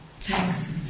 Thanks